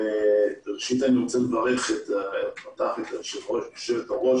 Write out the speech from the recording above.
ראשית אני רוצה לברך אותך יושבת הראש